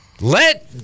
Let